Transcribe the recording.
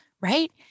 right